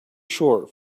short